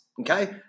okay